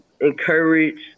encourage